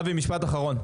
אבי, משפט אחרון.